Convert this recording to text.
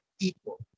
equal